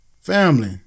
Family